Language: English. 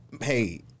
hey